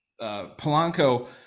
Polanco